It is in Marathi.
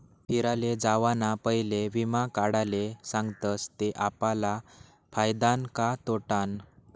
फिराले जावाना पयले वीमा काढाले सांगतस ते आपला फायदानं का तोटानं